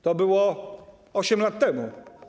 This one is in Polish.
To było 8 lat temu.